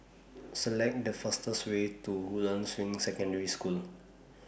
Select The fastest Way to Woodlands Ring Secondary School